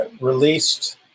released